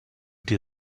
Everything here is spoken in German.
dir